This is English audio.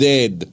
Dead